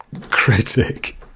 critic